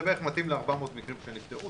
זה בערך מתאים ל-400 מקרים שנפטרו,